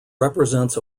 represents